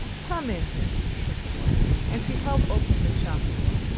come in here, said the woman, and she held open the shop-door.